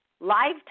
lifetime